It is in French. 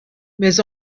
mais